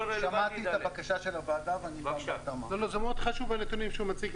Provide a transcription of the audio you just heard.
מאוד חשוב הנתונים שהוא מציג,